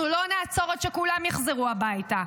אנחנו לא נעצור עד שכולם יחזרו הביתה.